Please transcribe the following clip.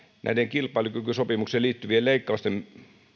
näiden kilpailukykysopimukseen liittyvien leikkausten